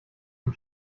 von